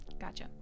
Gotcha